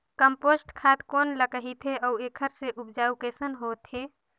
Compost खाद कौन ल कहिथे अउ एखर से उपजाऊ कैसन होत हे?